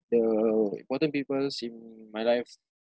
the important peoples in my life